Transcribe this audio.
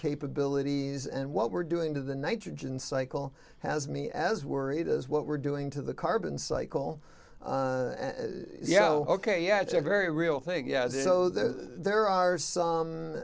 capabilities and what we're doing to the nitrogen cycle has me as worried as what we're doing to the carbon cycle you know ok yeah it's a very real thing so there are some